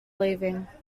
leaving